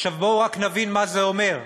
עכשיו, בואו רק נבין מה זה אומר: